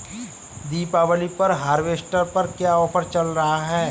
दीपावली पर हार्वेस्टर पर क्या ऑफर चल रहा है?